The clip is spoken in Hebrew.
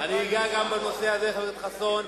אני אגע גם בנושא הזה, חבר הכנסת חסון.